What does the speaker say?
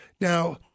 Now